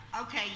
Okay